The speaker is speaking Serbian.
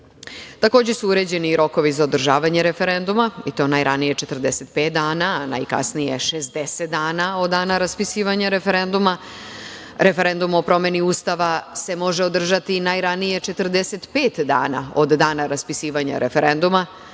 odluke. Takođe su uređeni i rokovi za održavanje referenduma, i to najranije 45 dana, a najkasnije 60 dana od dana raspisivanja referenduma. Referendum o promeni Ustava se može održati najranije 45 dana od dana raspisivanja referenduma,